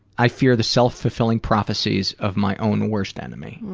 i fear the self-fulfilling prophecies of my own worst enemy.